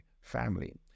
family